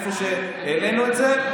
איפה שהעלינו את זה.